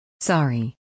Sorry